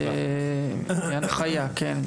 מהנחיה, כן.